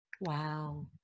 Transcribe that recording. Wow